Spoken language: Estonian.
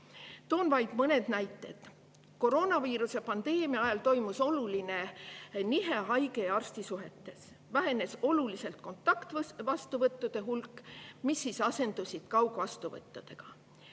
Toon vaid mõned näited. Koroonaviiruse pandeemia ajal toimus oluline nihe haige ja arsti suhetes, vähenes oluliselt kontaktvastuvõttude hulk, mis asendusid kaugvastuvõttudega.